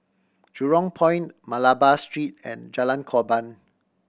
Jurong Point Malabar Street and Jalan Korban